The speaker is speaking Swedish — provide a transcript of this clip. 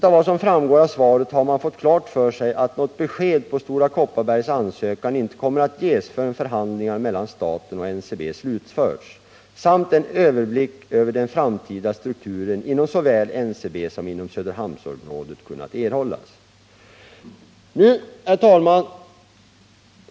Av svaret framgår det att det inte kommer att ges något besked med anledning av Stora Kopparbergs ansökan förrän förhandlingarna mellan staten och NCB slutförts och en överblick över den framtida strukturen inom såväl NCB som Söderhamnsområdet kunnat erhållas. Herr talman!